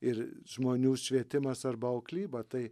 ir žmonių švietimas arba auklyba tai